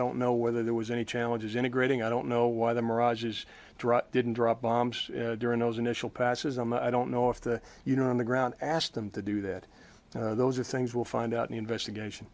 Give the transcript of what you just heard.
don't know whether there was any challenges integrating i don't know why the mirage is dropped didn't drop bombs during those initial passes on the i don't know if the you know on the ground asked them to do that those are things we'll find out the investigation